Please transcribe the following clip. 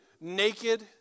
naked